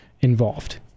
involved